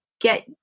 get